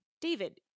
David